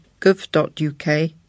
gov.uk